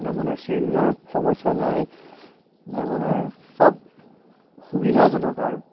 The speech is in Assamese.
আপোনাৰ চেইনৰ সমস্যা নাই আপোনাৰ চব সুবিধাজনক আৰু